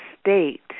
state